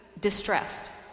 distressed